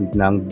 ng